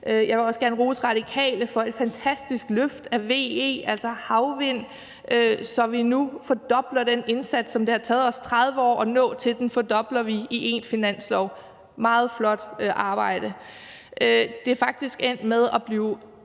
jeg vil også gerne rose Radikale for et fantastisk løft af VE, altså havvind, så vi nu fordobler den indsats, som vi har gjort i over 30 år, i én finanslov. Det er et meget flot arbejde. Det er faktisk endt med at blive